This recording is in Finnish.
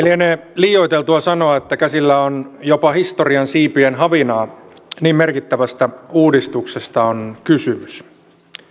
liene liioiteltua sanoa että käsillä on jopa historian siipien havinaa niin merkittävästä uudistuksesta on kysymys